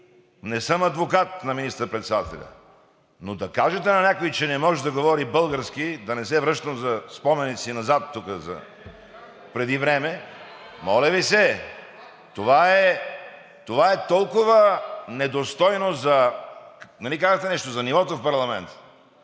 Не съм адвокат на министър-председателя, но да кажете на някой, че не може да говори български?! Да не се връщам за спомените си назад тук преди време. (Шум и реплики.) Моля Ви се, това е толкова недостойно, нали казахте нещо за нивото в парламента,